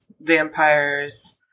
vampires